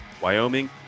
Wyoming